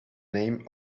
name